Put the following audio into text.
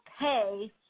pay